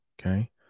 Okay